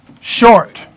short